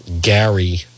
Gary